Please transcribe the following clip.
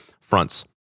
fronts